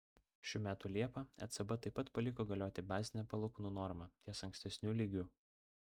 šių metų liepą ecb taip pat paliko galioti bazinę palūkanų normą ties ankstesniu lygiu